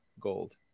Gold